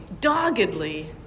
doggedly